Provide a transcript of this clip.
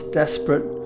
desperate